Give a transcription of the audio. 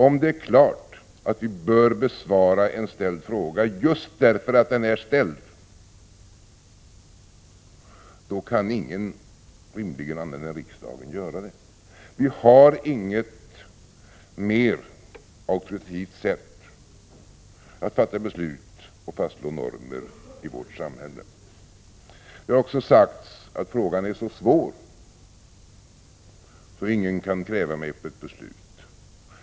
Om det är klart att vi bör besvara en ställd fråga just därför att den är ställd, då kan rimligen ingen annan än riksdagen bestämma. Vi har inget sätt att fatta beslut och fastslå normer i vårt samhälle som är mer auktoritativt. Det har också sagts att frågan är så svår att ingen kan kräva någon på ett beslut.